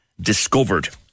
discovered